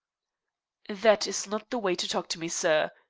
that is not the way to talk to me, sir.